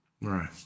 Right